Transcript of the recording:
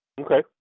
Okay